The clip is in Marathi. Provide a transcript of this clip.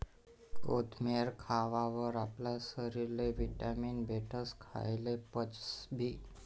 कोथमेर खावावर आपला शरीरले व्हिटॅमीन भेटस, खायेल पचसबी